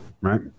right